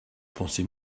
pensé